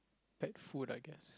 pet food I guess